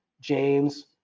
James